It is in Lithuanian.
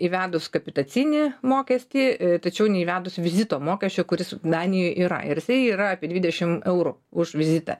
įvedus kapitacinį mokestį e tačiau neįvedus vizito mokesčio kuris danijoj yra ir jisai yra apie dvidešimt eurų už vizitą